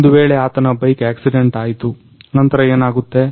ಒಂದುವೇಳೆ ಆತನ bike accident ಆಯ್ತು ನಂತರ ಏನಾಗುತ್ತೆ